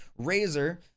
Razer